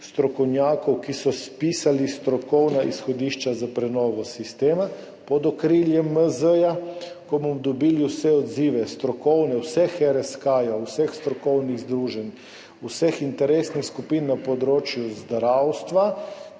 strokovnjakov, ki so spisali strokovna izhodišča za prenovo sistema pod okriljem MZ. Ko bomo dobili vse strokovne odzive, vseh RSK, vseh strokovnih združenj, vseh interesnih skupin na področju zdravstva